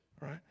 right